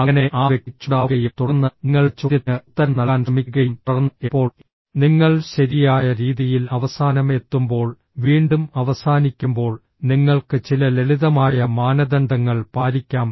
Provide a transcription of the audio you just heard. അങ്ങനെ ആ വ്യക്തി ചൂടാവുകയും തുടർന്ന് നിങ്ങളുടെ ചോദ്യത്തിന് ഉത്തരം നൽകാൻ ശ്രമിക്കുകയും തുടർന്ന് എപ്പോൾ നിങ്ങൾ ശരിയായ രീതിയിൽ അവസാനം എത്തുമ്പോൾ വീണ്ടും അവസാനിക്കുമ്പോൾ നിങ്ങൾക്ക് ചില ലളിതമായ മാനദണ്ഡങ്ങൾ പാലിക്കാം